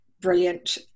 brilliant